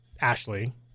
Ashley